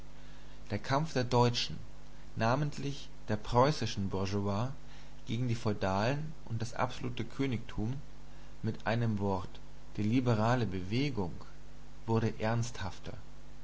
der kampf der deutschen namentlich der preußischen bourgeoisie gegen die feudalen und das absolute königtum mit einem wort die liberale bewegung wurde ernsthafter